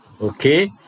okay